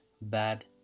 bad